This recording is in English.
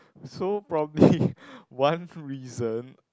so probably one reason